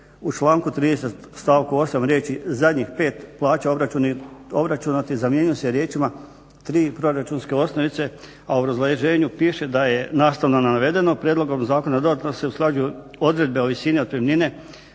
u članku 30. stavku 8. riječi: zadnjih pet plaća obračunatih zamjenjuju se riječima: tri proračunske osnovice, a u obrazloženju piše da je nastavno na navedeno prijedlogom zakona dodatno se usklađuju odredbe o visini otpremnine